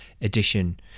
edition